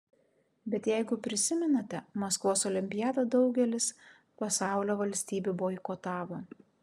bet jeigu prisimenate maskvos olimpiadą daugelis pasaulio valstybių boikotavo